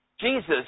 Jesus